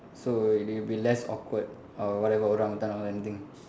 so it will be less awkward or whatever orangutan or anything